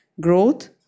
growth